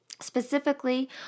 specifically